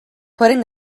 putting